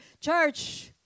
church